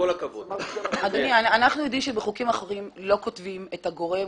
אנחנו יודעים שבחוקים אחרים לא כותבים את הגורם,